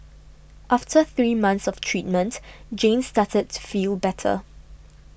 after three months of treatment Jane started to feel better